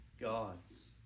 gods